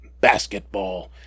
basketball